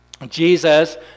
Jesus